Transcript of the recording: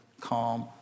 calm